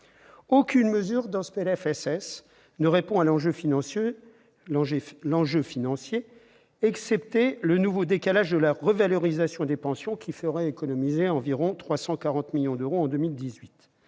Aucune mesure de ce PLFSS ne répond à l'enjeu financier, excepté le nouveau décalage de la revalorisation des pensions, qui ferait économiser environ 340 millions d'euros en 2018.